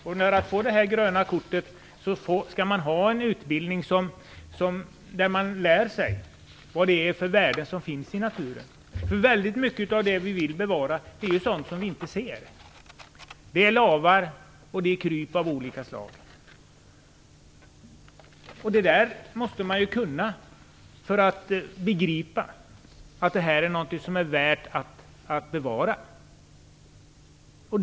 För att få detta gröna kort skall man ha en utbildning där man lärt sig vilka värden som finns i naturen. Väldigt mycket av det vi vill bevara är ju sådant som vi inte ser. Det är lavar och kryp av olika slag. Det måste man känna till för att begripa att det är värt att bevara.